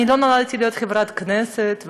אני לא נולדתי חברת כנסת,